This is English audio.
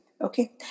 okay